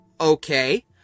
okay